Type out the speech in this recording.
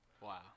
Wow